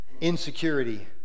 insecurity